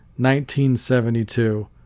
1972